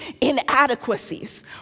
inadequacies